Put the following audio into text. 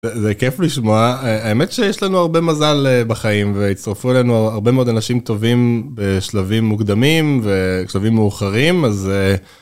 זה כיף לשמוע האמת שיש לנו הרבה מזל בחיים והצטרפו אלינו הרבה מאוד אנשים טובים בשלבים מוקדמים ושלבים מאוחרים אז.